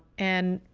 and,